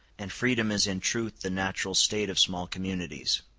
and freedom is in truth the natural state of small communities.